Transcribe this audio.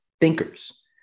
thinkers